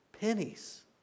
pennies